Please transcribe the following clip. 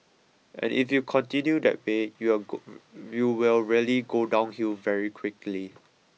and if you continue that way you'll go you will really go downhill very quickly